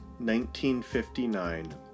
1959